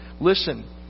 listen